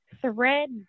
thread